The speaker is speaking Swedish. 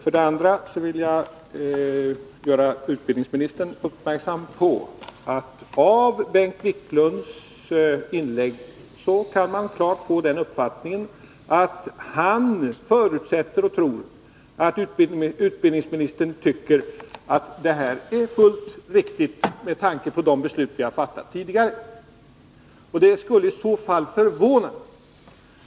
Sedan vill jag göra utbildningsministern uppmärksam på att man av Bengt Wiklunds inlägg klart kan få den uppfattningen att han förutsätter och tror att utbildningsministern tycker att det som förekommer är fullt riktigt med tanke på de beslut vi har fattat tidigare, och det skulle i så fall förvåna mig.